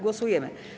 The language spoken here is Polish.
Głosujemy.